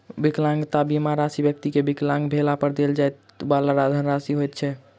विकलांगता बीमा राशि व्यक्ति के विकलांग भेला पर देल जाइ वाला धनराशि होइत अछि